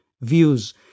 views